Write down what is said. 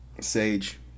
Sage